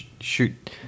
shoot